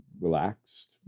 Relaxed